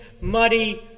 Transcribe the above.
muddy